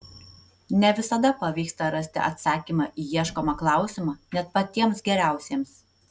ne visada pavyksta rasti atsakymą į ieškomą klausimą net patiems geriausiems